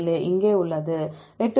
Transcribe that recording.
47 இங்கே உள்ளது இது 8